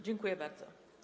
Dziękuję bardzo.